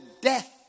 death